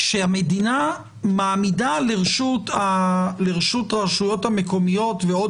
כשהמדינה מעמידה לרשות הרשויות המקומיות ועוד